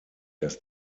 dass